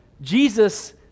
Jesus